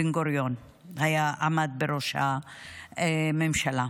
בן-גוריון עמד בראש הממשלה.